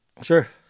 Sure